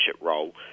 role